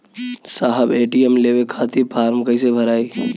साहब ए.टी.एम लेवे खतीं फॉर्म कइसे भराई?